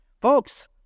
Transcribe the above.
Folks